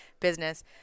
business